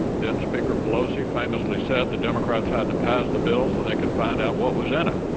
then-speaker pelosi famously said the democrats had to pass the bill so they could find out what was in it,